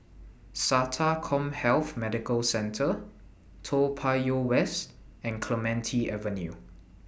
Sata Commhealth Medical Centre Toa Payoh West and Clementi Avenue